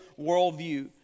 worldview